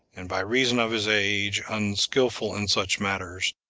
and by reason of his age unskillful in such matters,